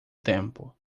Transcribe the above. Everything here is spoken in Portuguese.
tempo